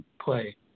play